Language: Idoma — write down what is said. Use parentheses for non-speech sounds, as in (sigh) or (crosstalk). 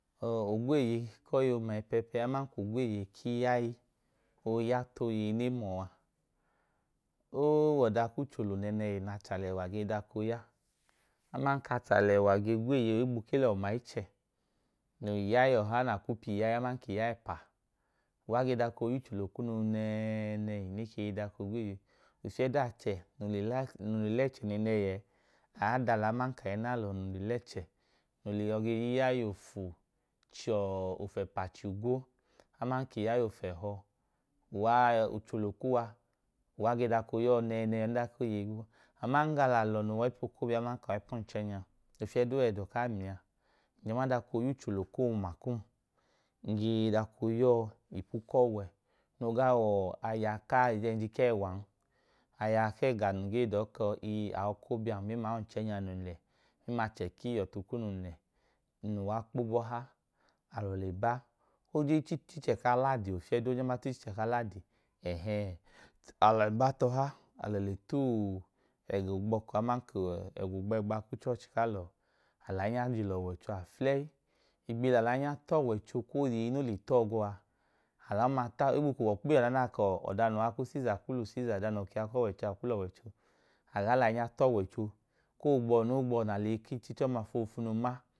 Ọọ ogwẹẹ kọyi oma ẹpẹpẹ aman ko gweeye kihai ooyat’oyei ne muọa oowọda k’uchulo nẹnẹhi n’achalẹwa ge dọkoya aman k’achalẹwa ge gweeye ohigbu ke lọ ma ichẹ noi hai ọha n’akwu pii hai aman ki hai epa, uwa ge dọko yuuchulo kunu nẹnẹhi ne kei da ko gweeye ofiedu achẹ nun le (hesitation) nun le tẹẹchẹ nẹnẹhi ẹẹ. Aadalọ aman ka enalọ nole lẹẹchẹ nun yo ge yi haiofu chọ ofuẹpa chiagwo aman k’ihai ofẹhọ uwaa ọ uchulo kuwa uwa ge dọka yọọ nẹnẹhi ọan ko yei. Aman ga la lọ no w’aipo’klobia aman kai panchẹnyaa, ofieduu edo k’amia, njama dako y’uchulo koo ma kum, nge dako yọọ ipu k’owe nogaa wọọ aya ka eyẹnji kẹwa aya kẹẹganun gee dọọ kọọ ii a’okobiam memla onchẹnja nun lẹ mẹmla che k’ihotu kun nun le n’ luwa kpo bọha, alọ le ba oje tichichẹ ofieduu oma t’ichiichẹ k’aladi ẹhẹe̱, aloi batoha, alọi tuu ego gbọko aman, kuu ẹgo gbẹgba afulei. Igbihi na lainya t’ọwọicho ko k’oyei no le tọọ gọọ a, alaọma ta ohigbu ku ọkpihọ a nana kọọ ọda no w’aku ceaser akuu lu ceaser, ọda no ke ak’oꞌꞌwoꞌꞌicho aku l’ọwọicho. Aga :’aina t’ọwọicho koogbuwọ na l’eyi k’ichichọma ofofufuna ma.